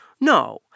No